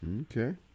okay